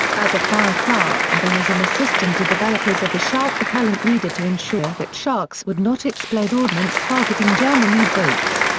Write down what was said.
as a file clerk and then as an assistant to developers of a shark repellent needed to ensure that sharks would not explode ordnance targeting german u-boats.